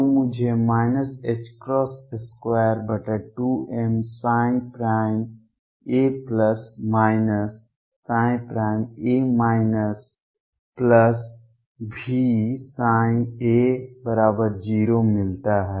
तो मुझे 22ma a Vψa0 मिलता है